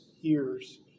years